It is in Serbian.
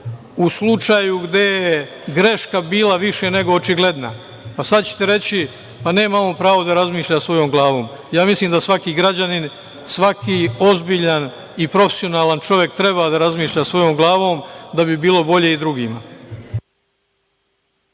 u slučaju gde je greška bila više nego očigledna? Sad ćete reći - pa, nema on pravo da razmišlja svojom glavom. Ja mislim da svaki građanin, svaki ozbiljan i profesionalan čovek treba da razmišlja svojom glavom da bi bilo bolje i drugima.